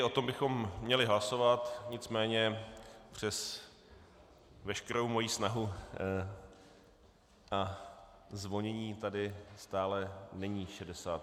O tom bychom měli hlasovat, nicméně přes veškerou moji snahu a zvonění tady stále není 67 poslanců.